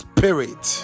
Spirit